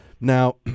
Now